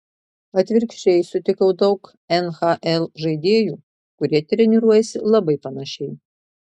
atvirkščiai sutikau daug nhl žaidėjų kurie treniruojasi labai panašiai